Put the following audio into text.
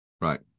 Right